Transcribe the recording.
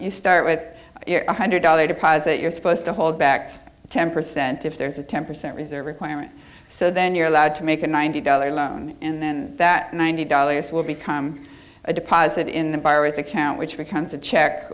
you start with one hundred dollars deposit you're supposed to hold back ten percent if there's a ten percent reserve requirement so then you're allowed to make a ninety dollars loan and then that ninety dollars will become a deposit in the virus account which becomes a check